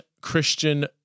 Christian